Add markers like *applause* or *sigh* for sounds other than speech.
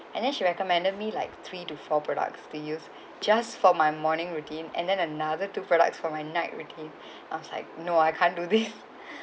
and then she recommended me like three to four products to use *breath* just for my morning routine and then another two products for my night routine *breath* I was like no I can't do this *breath*